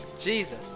Jesus